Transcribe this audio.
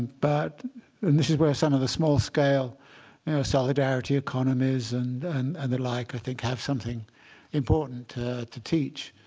but and this is where some of the small-scale solidarity economies and and and the like, i think, have something important to teach